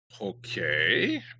Okay